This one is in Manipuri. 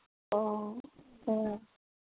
ꯑꯣ ꯑꯥ